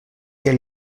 que